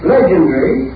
Legendary